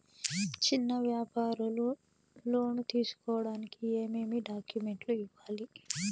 చిన్న వ్యాపారులు లోను తీసుకోడానికి ఏమేమి డాక్యుమెంట్లు ఇవ్వాలి?